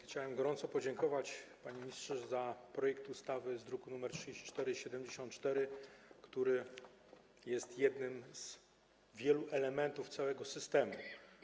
Chciałem gorąco podziękować, panie ministrze, za projekt ustawy z druku nr 3474, który jest jednym z wielu elementów całego systemu.